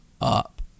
up